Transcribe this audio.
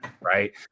right